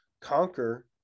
conquer